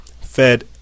fed